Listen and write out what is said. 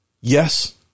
Yes